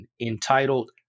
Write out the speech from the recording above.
entitled